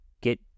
get